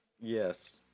Yes